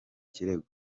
kirego